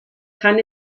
kann